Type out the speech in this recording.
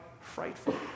frightful